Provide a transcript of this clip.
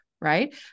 right